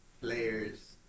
players